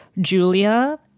Julia